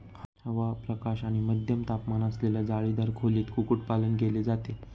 हवा, प्रकाश आणि मध्यम तापमान असलेल्या जाळीदार खोलीत कुक्कुटपालन केले जाते